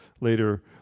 Later